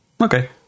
okay